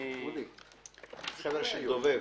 אני --- דוב"ב.